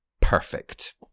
perfect